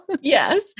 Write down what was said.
Yes